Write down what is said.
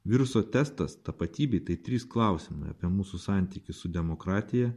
viruso testas tapatybei tai trys klausimai apie mūsų santykį su demokratija